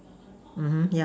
mmhmm yeah